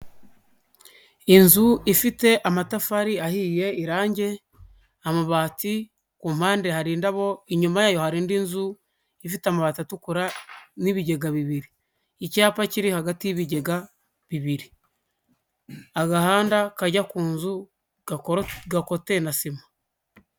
Inzu ifite amatafari ahiye, irangi, amabati, ku mpande hari indabo inyuma yayo hari indi nzu ifite amabati atukura n'ibigega bibiri icyapa kiri hagati y'ibigega bibiri, agahanda kajya ku nzu gakoteye na sima.